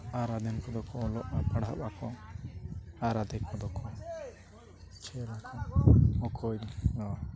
ᱟᱨ ᱟᱫᱷᱮᱠ ᱠᱚᱫᱚ ᱚᱞᱚᱜᱼᱟ ᱯᱟᱲᱦᱟᱜ ᱟᱠᱚ ᱟᱨ ᱟᱫᱷᱮᱠ ᱠᱚᱫᱚ ᱠᱚ ᱠᱷᱮᱞ ᱟᱠᱚ ᱚᱠᱚᱭᱦᱚᱸ